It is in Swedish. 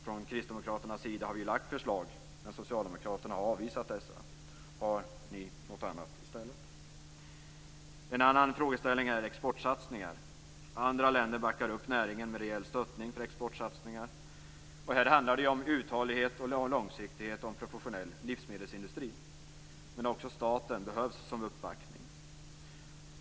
Från Kristdemokraternas sida har vi ju lagt fram förslag, men socialdemokraterna har avvisat dessa. Har ni något annat i stället? En annan frågeställning gäller exportsatsningar. Andra länder backar upp näringen med rejäl stöttning för exportsatsningar. Här handlar det om uthållighet, långsiktighet och en professionell livsmedelsindustri, men också staten behövs som uppbackning.